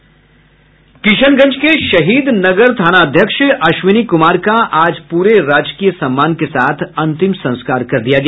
किशनगंज के शहीद नगर थानाध्यक्ष अश्विनी कुमार का आज प्ररे राजकीय सम्मान के साथ अंतिम संस्कार कर दिया गया